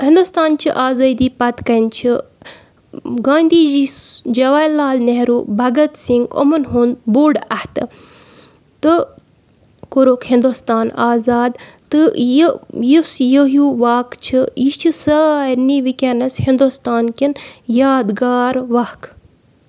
ہِندوستان چہِ آزٲدی پَتہٕ کَنہِ چھِ گاندھی جی سُہ جواہر لال نہروٗ بَگھَت سِنٛگھ یِمَن ہُنٛد بوٚڑ اَتھٕ تہٕ کوٚرُکھ ہِندُستان آزاد تہٕ یہِ یُس یہِ ہیوٗ واقعہٕ چھِ یہِ چھِ سارنی وٕکٮ۪نَس ہِندوستان کٮ۪ن یادگار وَق